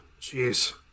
Jeez